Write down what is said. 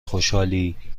خوشحالییییی